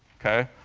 ok?